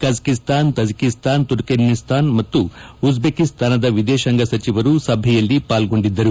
Kazakhstan Tajikistan Turkmenistan ಮತ್ತು ಉಜ್ಲೇಕಿಸ್ತಾನದ ವಿದೇಶಾಂಗ ಸಚಿವರು ಸಭೆಯಲ್ಲಿ ಪಾಲ್ಗೊಂಡಿದ್ದರು